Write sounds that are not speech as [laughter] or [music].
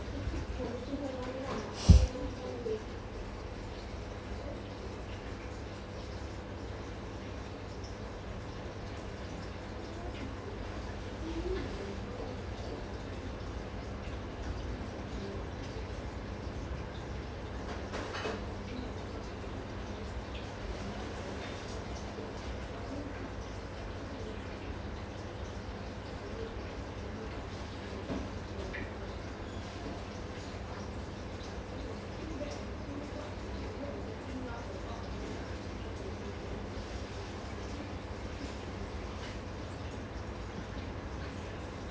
[noise]